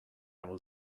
will